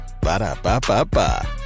Ba-da-ba-ba-ba